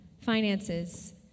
finances